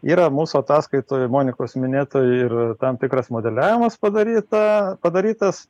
yra mūsų ataskaitoj monikos minėtoj ir tam tikras modeliavimas padaryta padarytas